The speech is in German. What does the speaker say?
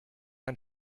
ein